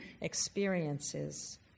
experiences